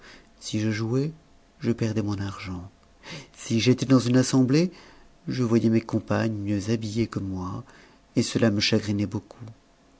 si je jouais je perdais mon argent si j'étais dans une assemblée je voyais mes compagnes mieux habillées que moi et cela me chagrinait beaucoup